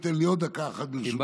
אדוני ייתן לי עוד דקה אחת ברשותו.